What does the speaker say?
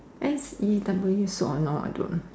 X E W or no I don't